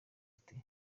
ati